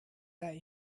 that